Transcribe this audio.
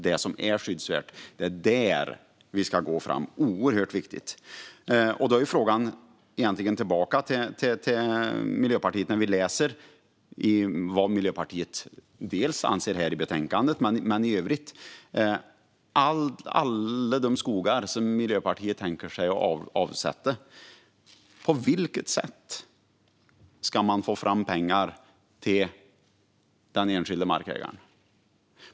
Det är det skyddsvärda vi ska gå fram med. Det här är oerhört viktigt. Därför får frågan gå tillbaka till Miljöpartiet. Vi kan läsa i betänkandet vad Miljöpartiet vill. Men hur ligger det till i övrigt med alla de skogar som Miljöpartiet tänker avsätta? På vilket sätt ska man få fram pengar till den enskilda markägaren?